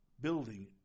building